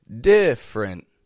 different